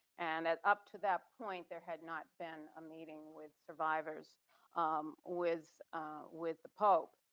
and and up to that point, there had not been a meeting with survivors um with with the pope.